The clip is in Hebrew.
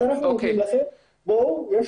בואו, יש כסף.